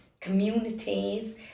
communities